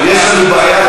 "יש לנו בעיה,